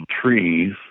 trees